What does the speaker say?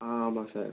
ஆ ஆமாம்ங்க சார்